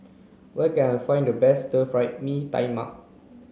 where can I find the best stir fry Mee Tai Mak